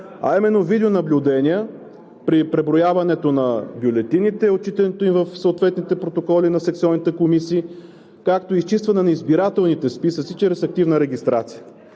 а именно видеонаблюдение при преброяването на бюлетините и отчитането им в съответните протоколи на секционните комисии, както и изчистване на избирателните списъци чрез активна регистрация.